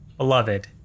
Beloved